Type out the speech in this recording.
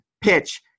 PITCH